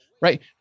right